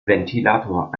ventilator